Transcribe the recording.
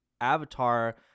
avatar